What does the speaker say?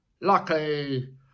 luckily